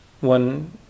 one